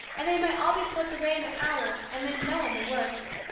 and they might all be swept away in an hour, and leave no one the worse.